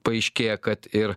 paaiškėja kad ir